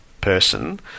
person